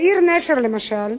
בעיר נשר, למשל,